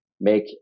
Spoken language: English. make